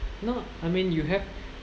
not I mean you have